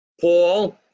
Paul